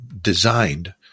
designed